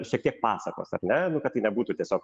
šiek tiek pasakos ar ne nu kad tai nebūtų tiesiog